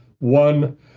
one